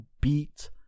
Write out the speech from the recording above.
beat